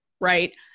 right